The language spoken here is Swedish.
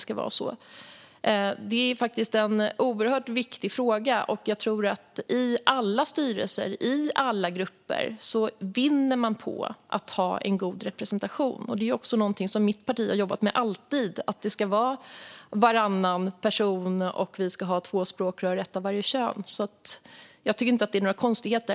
Det är faktiskt en oerhört viktig fråga, och jag tror att i alla styrelser och i alla grupper vinner man på att ha en god representation. Det är också någonting som mitt parti alltid har jobbat med: Det ska vara varannan person, och vi ska ha två språkrör, ett av vartdera könet. Jag tycker inte att det är några konstigheter.